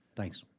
thanks.